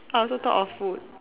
I also thought of food